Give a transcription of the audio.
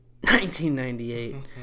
1998